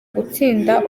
gutsinda